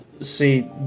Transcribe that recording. See